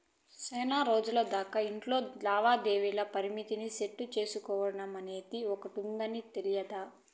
సేనారోజులు దాకా ఇట్లా లావాదేవీల పరిమితిని సెట్టు సేసుకోడమనేది ఒకటుందని తెల్వదు